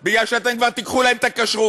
כי אתם כבר תיקחו להם את הכשרות.